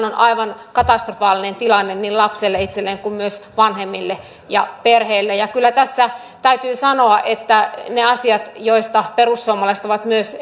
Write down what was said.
on aivan katastrofaalinen tilanne niin lapselle itselleen kuin myös vanhemmille ja perheelle kyllä tässä täytyy sanoa että ne asiat joista perussuomalaiset ovat myös